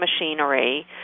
machinery